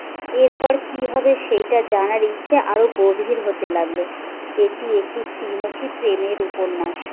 এরপর কী হবে সেইটা জানার ইচ্ছে আরও গভীর হতে লাগলো এটি একটি ত্রিমুখী প্রেমের উপন্যাস